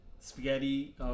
Spaghetti